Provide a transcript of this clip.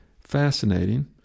fascinating